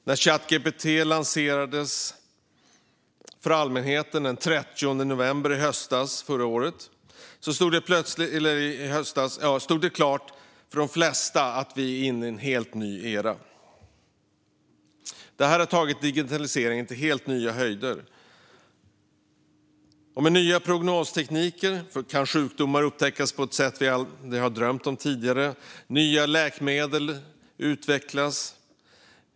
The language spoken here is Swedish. När Chat GPT lanserades för allmänheten den 30 november förra året stod det klart för de flesta att vi går in i en ny era som tar digitaliseringen till helt nya höjder. Med nya prognostekniker kan sjukdomar upptäckas på ett sätt vi aldrig drömt om tidigare och nya läkemedel utvecklas.